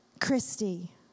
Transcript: Christy